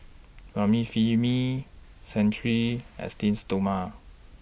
Remifemin Cetrimide Esteem Stoma